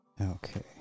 Okay